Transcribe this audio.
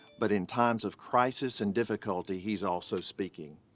but in times of crisis and difficulty he's also speaking.